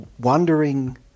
wandering